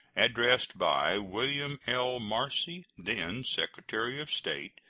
addressed by william l. marcy, then secretary of state,